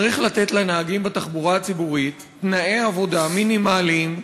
צריך לתת לנהגים בתחבורה הציבורית תנאי עבודה מינימליים,